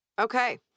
Okay